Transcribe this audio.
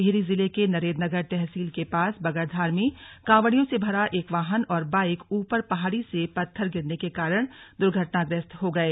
टिहरी जिले के नरेंद्रनगर तहसील के पास बगड़धार में कांवड़ियों से भरा एक वाहन और बाइक ऊपर पहाड़ी से पत्थर गिरने के कारण दुर्घटनाग्रस्त हो गए